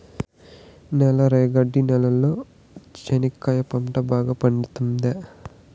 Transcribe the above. నల్ల రేగడి నేలలో చెనక్కాయ పంట బాగా పండుతుందా?